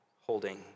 holding